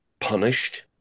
punished